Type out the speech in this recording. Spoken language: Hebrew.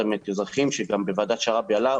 זה מתאזרחים שגם בוועדת שרעבי עלה,